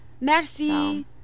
merci